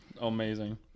Amazing